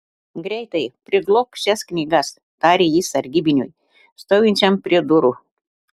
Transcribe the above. greitai priglobk šias knygas tarė jis sargybiniui stovinčiam prie durų